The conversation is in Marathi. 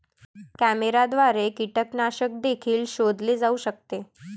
कॅमेऱ्याद्वारे कीटकनाशक देखील शोधले जाऊ शकते